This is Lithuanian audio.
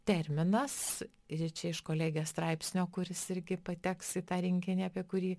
terminas ir čia iš kolegės straipsnio kuris irgi pateks į tą rinkinį apie kurį